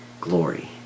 glory